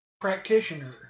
practitioner